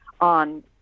on